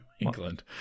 England